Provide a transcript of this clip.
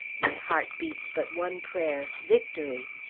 my heart beats but one prayer victory!